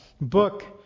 book